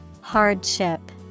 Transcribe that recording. Hardship